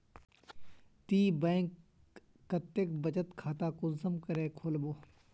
ती बैंक कतेक बचत खाता कुंसम करे खोलबो?